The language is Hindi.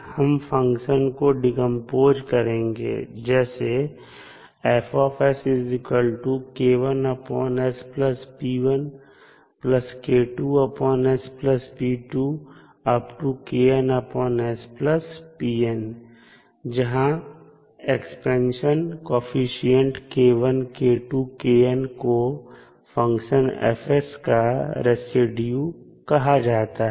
हम फंक्शन को डीकंपोज करेंगे जैसे जहां expansion coefficient k1 k2 kn को फंक्शन F का रेसिड्यू कहा जाता है